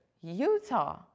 Utah